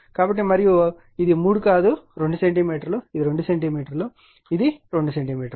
కాబట్టి మరియు ఇది 3 కాదు 2 సెంటీమీటర్లు ఇది 2 సెంటీమీటర్లు ఇది 2 సెంటీమీటర్లు